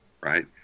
right